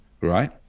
right